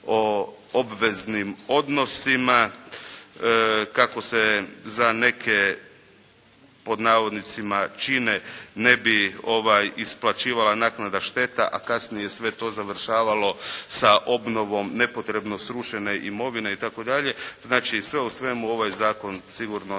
o obveznim odnosima, kako se za neke, pod navodnicima "čime" ne bi isplaćivala naknada šteta, a kasnije je sve to završavalo sa obnovom nepotrebno srušene imovine itd., znači sve u svemu ovaj zakon sigurno